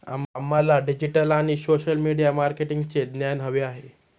आम्हाला डिजिटल आणि social media मार्केटिंगचे ज्ञान हवे आहे